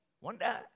Wonder